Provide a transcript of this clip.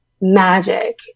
magic